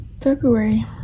February